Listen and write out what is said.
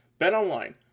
BetOnline